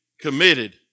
committed